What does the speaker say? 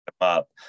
up